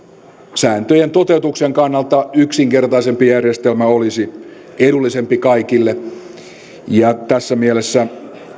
sääntöjen toteutuksen kannalta yksinkertaisempi järjestelmä olisi edullisempi kaikille tässä mielessä